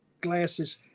glasses